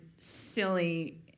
silly